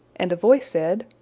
and a voice said